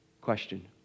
Question